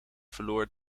verloor